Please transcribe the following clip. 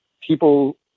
people –